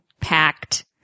packed